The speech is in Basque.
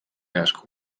asko